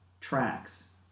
tracks